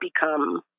become